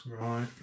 Right